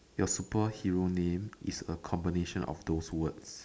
your superhero name is a combination of those words